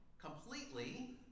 completely